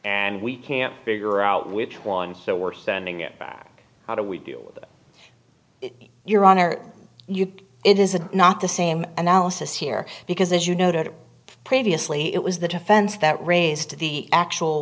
and we can't figure out which one so we're sending him back how do we deal your honor it is not the same analysis here because as you noted previously it was the defense that raised the actual